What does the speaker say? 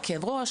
כאב ראש,